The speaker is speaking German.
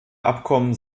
abkommen